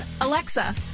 Alexa